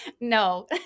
No